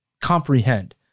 comprehend